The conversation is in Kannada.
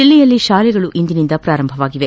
ಜಿಲ್ಲೆಯಲ್ಲಿ ಶಾಲೆಗಳು ಇಂದಿನಿಂದ ಪ್ರಾರಂಭವಾಗಿವೆ